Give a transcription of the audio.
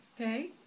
Okay